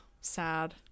sad